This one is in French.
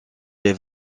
des